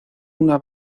una